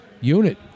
unit